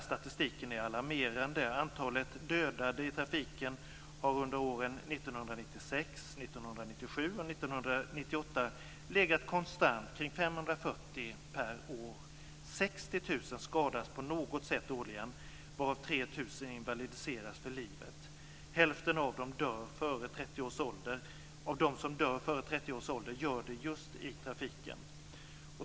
Statistiken är alarmerande. Antalet dödade i trafiken har under åren 1996, 1997 och 1998 legat konstant kring 540 per år. 60 000 årligen skadas på något sätt, varav 3 000 invalidiseras för livet. Hälften av dem som dör före 30 års ålder gör det just i trafiken.